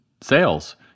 sales